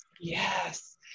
yes